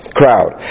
crowd